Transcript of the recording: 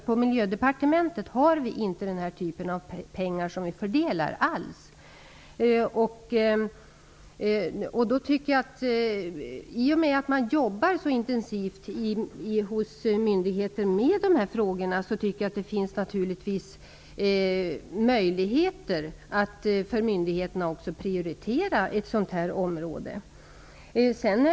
På Miljödepartementet har vi inte alls pengar som vi fördelar på det sättet. I och med att man jobbar så intensivt på myndigheterna med dessa frågor finns det naturligtvis möjligheter för dem att också prioritera ett sådant här område.